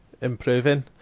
improving